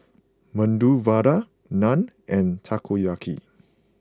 Medu Vada Naan and Takoyaki